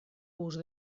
bust